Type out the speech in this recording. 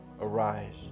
arise